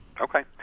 Okay